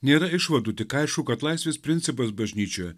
nėra išvadų tik aišku kad laisvės principas bažnyčioje